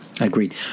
Agreed